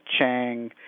Chang